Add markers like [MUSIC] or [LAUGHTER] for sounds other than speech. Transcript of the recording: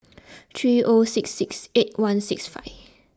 [NOISE] three O six six eight one six five